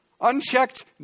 Unchecked